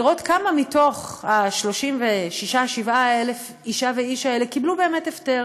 לראות כמה מתוך ה-36,000 37,000 אישה ואיש האלה באמת קיבלו הפטר.